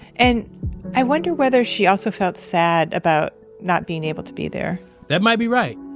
and i wonder whether she also felt sad about not being able to be there that might be right,